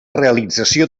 realització